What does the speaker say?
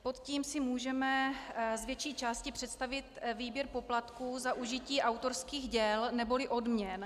Pod tím si můžeme z větší části představit výběr poplatků za užití autorských děl neboli odměn.